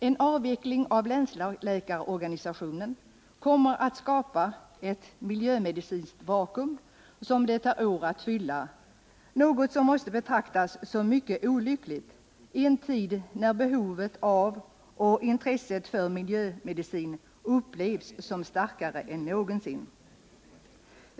En avveckling av länsläkarorganisationen kommer att skapa ett miljömedicinskt vakuum, som det tar år att fylla, något som måste betraktas som mycket olyckligt i en tid när behovet av och intresset för miljömedicin upplevs som starkare än någonsin.